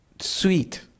sweet